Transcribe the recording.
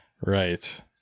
Right